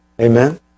Amen